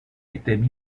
étaient